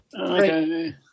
Okay